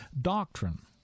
Doctrine